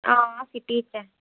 हां सिटी च ऐ